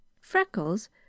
Freckles